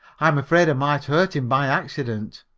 i'm afraid i might hurt him by accident.